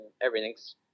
everything's